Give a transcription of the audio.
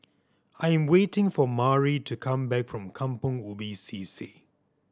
I am waiting for Mari to come back from Kampong Ubi C C